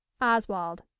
Oswald